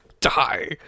die